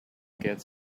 get